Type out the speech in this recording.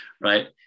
right